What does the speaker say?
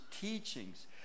teachings